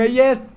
yes